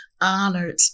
honored